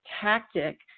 tactic